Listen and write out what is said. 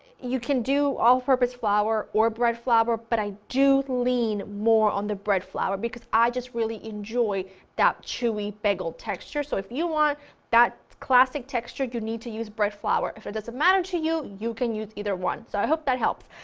you can do all purpose flour or bread flour, but i do lean more on the bread flour because i just really enjoy that chewy bagel texture. so if you want that classic texture, you need to use bread flour, if it doesn't matter to you, you can use either one. so i hope that helps.